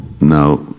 now